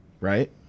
right